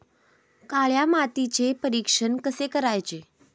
काळ्या मातीचे परीक्षण कसे करायचे?